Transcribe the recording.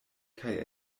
kaj